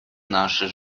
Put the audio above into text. нашей